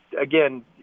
again